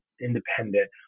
independent